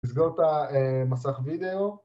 ‫לסגור את המסך וידאו.